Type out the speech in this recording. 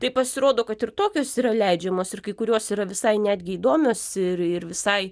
tai pasirodo kad ir tokios yra leidžiamos ir kai kurios yra visai netgi įdomios ir ir visai